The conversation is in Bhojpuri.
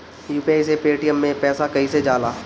यू.पी.आई से पेटीएम मे पैसा कइसे जाला?